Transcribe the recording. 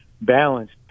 balanced